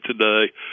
today